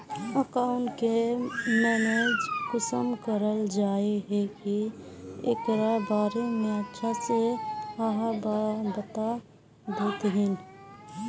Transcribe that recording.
Account के manage कुंसम कराल जाय है की एकरा बारे में अच्छा से आहाँ बता देतहिन?